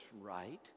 right